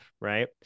right